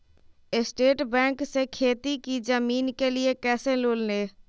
State bank से खेती की जमीन के लिए कैसे लोन ले?